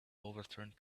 overturned